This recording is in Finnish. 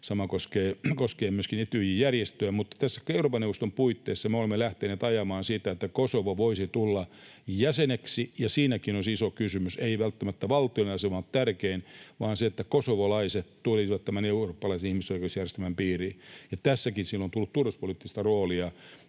sama koskee myöskin Etyj-järjestöä, mutta Euroopan neuvoston puitteissa me olemme lähteneet ajamaan sitä, että Kosovo voisi tulla jäseneksi. Siinäkin on se iso kysymys: Ei välttämättä valtiollinen asema ole tärkein vaan se, että kosovolaiset tulisivat tämän eurooppalaisen ihmisoikeusjärjestelmän piiriin. Tässäkin sille on tullut turvallisuuspoliittista roolia,